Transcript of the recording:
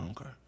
Okay